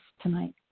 tonight